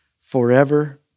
forever